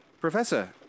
Professor